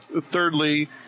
thirdly